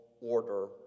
order